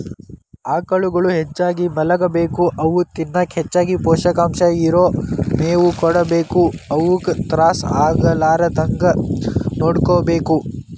ಆಕಳುಗಳು ಹೆಚ್ಚಾಗಿ ಮಲಗಬೇಕು ಅವು ತಿನ್ನಕ ಹೆಚ್ಚಗಿ ಪೋಷಕಾಂಶ ಇರೋ ಮೇವು ಕೊಡಬೇಕು ಅವುಕ ತ್ರಾಸ ಆಗಲಾರದಂಗ ನೋಡ್ಕೋಬೇಕು